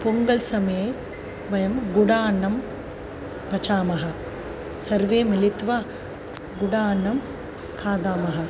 पुङ्गल् समये वयं गुडान्नं पचामः सर्वे मिलित्वा गुडान्नं खादामः